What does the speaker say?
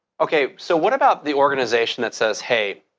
okay. so, what about the organization that says, hey,